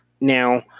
Now